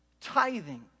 tithing